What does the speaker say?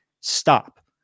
Stop